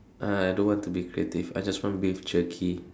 uh I don't want to be creative I just want beef jerky